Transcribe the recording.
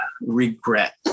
regret